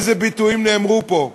איזה ביטויים נאמרו פה,